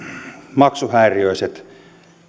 maksuhäiriöiset